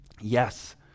Yes